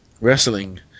wrestling